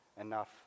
enough